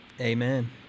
Amen